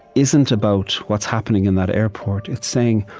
isn't about what's happening in that airport. it's saying,